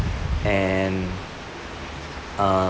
and uh